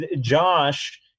Josh